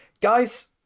guys